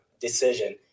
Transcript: decision